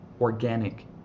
organic